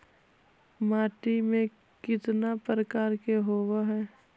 माटी में कितना प्रकार के होते हैं?